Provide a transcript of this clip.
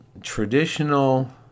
traditional